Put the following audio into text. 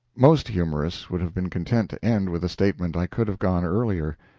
most humorists would have been content to end with the statement, i could have gone earlier.